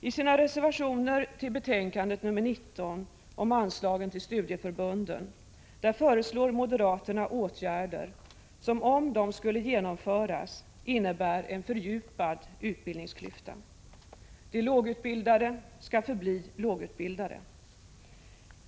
I sina reservationer till betänkande nr 19 om anslagen till studieförbunden föreslår moderaterna åtgärder som, om de skulle genomföras, innebär en fördjupad utbildningsklyfta. De lågutbildade skall förbli lågutbildade.